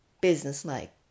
business-like